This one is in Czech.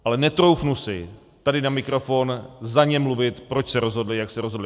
Ale netroufnu si tady na mikrofon za ně mluvit, proč se rozhodli, jak se rozhodli.